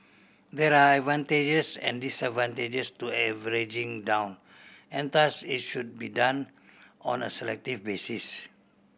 there are advantages and disadvantages to averaging down and thus it should be done on a selective basis